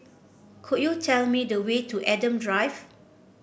could you tell me the way to Adam Drive